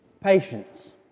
patience